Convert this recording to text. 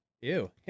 Ew